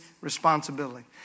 responsibility